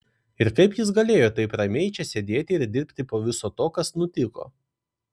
ir kaip jis galėjo taip ramiai čia sėdėti ir dirbti po viso to kas nutiko